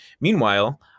Meanwhile